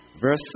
verse